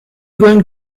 going